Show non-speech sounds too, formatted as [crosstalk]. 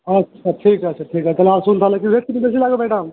আচ্ছা ঠিক আছে ঠিক আছে তাহলে আসুন তাহলে [unintelligible] কিন্তু বেশি লাগবে ম্যাডাম